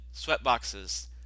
sweatboxes